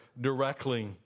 directly